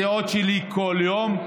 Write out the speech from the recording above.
את הדעות שלי כל יום.